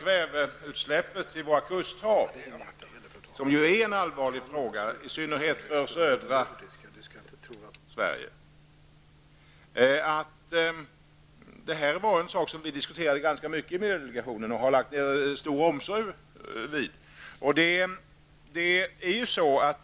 Kväveutsläppen vid våra havskuster är en allvarlig fråga för i synnerhet södra Sverige. Den frågan har vi diskuterat ganska mycket i miljödelegationen och lagt ned stor omsorg på.